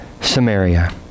Samaria